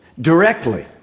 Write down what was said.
directly